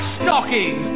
stocking